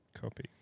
Copy